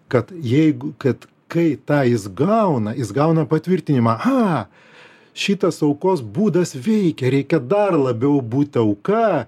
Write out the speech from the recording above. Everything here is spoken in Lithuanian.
kad jeigu kad kai tą jis gauna jis gauna patvirtinimą a šitas aukos būdas veikia reikia dar labiau būti auka